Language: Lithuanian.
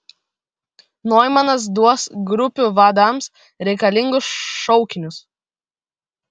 noimanas duos grupių vadams reikalingus šaukinius